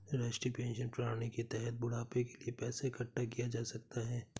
राष्ट्रीय पेंशन प्रणाली के तहत बुढ़ापे के लिए पैसा इकठ्ठा किया जा सकता है